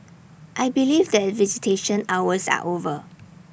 I believe that visitation hours are over